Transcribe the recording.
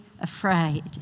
afraid